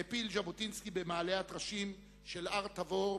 העפיל ז'בוטינסקי במעלה הטרשים של הר-תבור,